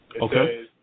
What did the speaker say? Okay